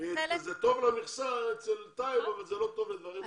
זה טוב למכסה אצל טייב אבל זה לא טוב לדברים אחרים.